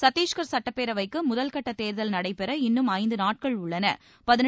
சத்திஷ்கர் சட்டப்பேரவைக்கு முதல்கட்ட தேர்தல் நடைபெற இன்னும் ஐந்து நாட்கள் உள்ளன